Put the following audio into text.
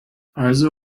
also